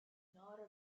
nor